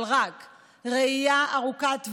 אבל רק ראייה ארוכת טווח,